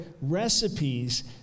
recipes